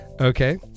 Okay